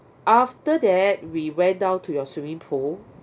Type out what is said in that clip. after that we went down to your swimming pool